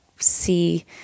see